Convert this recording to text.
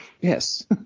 Yes